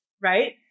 right